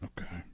okay